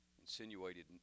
Insinuated